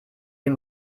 dem